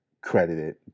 credited